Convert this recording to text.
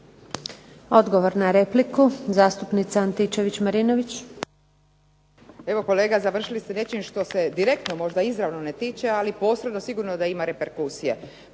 Odgovor na repliku, zastupnica Nevenka Marinović.